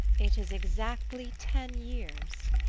it is exactly ten years.